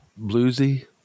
bluesy